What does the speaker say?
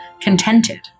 contented